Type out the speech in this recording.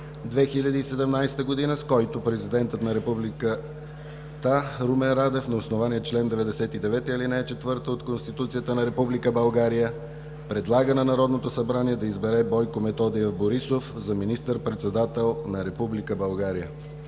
2017 г., с който Президентът на Републиката Румен Радев на основание чл. 99, ал. 4 от Конституцията на Република България предлага на Народното събрание да избере Бойко Методиев Борисов за министър-председател на Република България.“